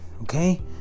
okay